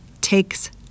takes